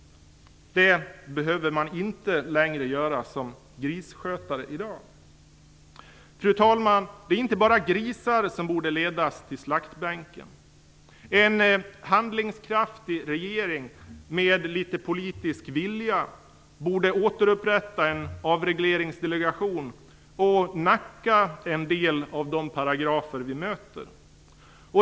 Det behöver man inte längre göra som grisskötare i dag. Fru talman! Det är inte bara grisar som borde ledas till slaktbänken. En handlingskraftig regering med litet politisk vilja borde återupprätta en avregleringsdelegation och nacka en del av de paragrafer som vi möter.